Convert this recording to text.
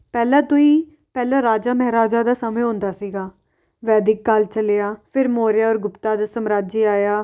ਪਹਿਲਾਂ ਤੋਂ ਹੀ ਪਹਿਲਾਂ ਰਾਜਾ ਮਹਾਰਾਜਾ ਦਾ ਸਮੇਂ ਹੁੰਦਾ ਸੀਗਾ ਵੈਦਿਕ ਕਾਲ ਚੱਲਿਆ ਫਿਰ ਮੋਰਿਆ ਔਰ ਗੁਪਤਾ ਦਾ ਸਮਰਾਜ ਆਇਆ